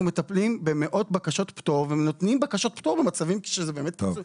אנחנו מטפלים במאות בקשות פטור ונותנים בקשות פטור במצבים כאלה.